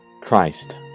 Christ